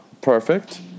Perfect